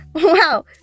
Wow